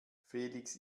felix